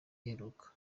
iheruka